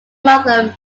mother